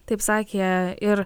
taip sakė ir